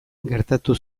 gertatu